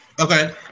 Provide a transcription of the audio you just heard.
okay